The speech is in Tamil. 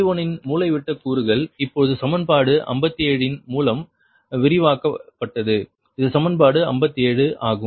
J1 இன் மூலைவிட்ட கூறுகள் இப்பொழுது சமன்பாடு 57 இன் மூலம் விவரிக்கப்பட்டது இது சமன்பாடு 57 ஆகும்